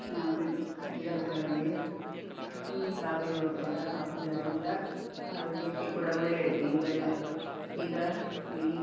ನಾವು ಗಿಡ ಗಿಡಗಳಿಗೆ ಈ ಸಾವಯವ ಗೊಬ್ಬರ ಹಾಕುವುದರಿಂದ ಆರೋಗ್ಯಕ್ಕೆ ಕೂಡ ಒಳ್ಳೆಯದು ಈಗ ಈಗ ಈ